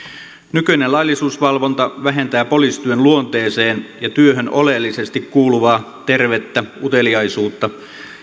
nykyinen laillisuusvalvonta vähentää poliisityön luonteeseen ja työhön oleellisesti kuuluvaa tervettä uteliaisuutta